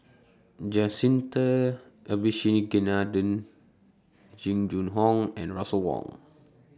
Jacintha Abisheganaden Jing Jun Hong and Russel Wong